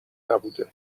نبوده